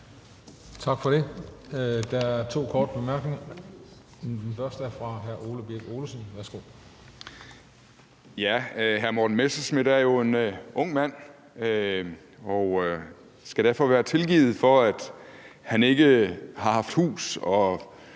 Tak for det. Der er to korte bemærkninger. Den første er fra hr. Ole Birk Olesen. Værsgo. Kl. 14:06 Ole Birk Olesen (LA): Hr. Morten Messerschmidt er jo en ung mand og skal derfor være tilgivet for, at han ikke har haft hus og